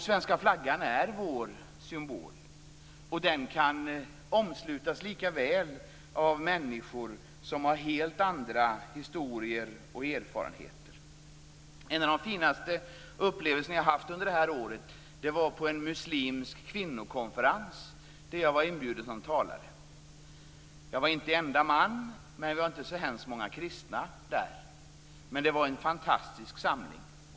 Svenska flaggan är vår symbol. Den kan omslutas likaväl av människor som har helt andra historier och erfarenheter. Jag hade en av de finaste upplevelser jag har haft under detta år på en muslimsk kvinnokonferens, dit jag var inbjuden som talare. Jag var inte enda man, men vi var inte så hemskt många kristna där. Det var en fantastisk samling.